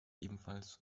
ebenfalls